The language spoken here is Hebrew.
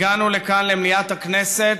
הגענו לכאן, למליאת הכנסת,